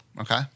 Okay